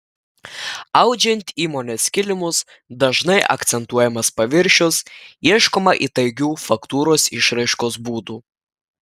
audžiant įmonės kilimus dažnai akcentuojamas paviršius ieškoma įtaigių faktūros išraiškos būdų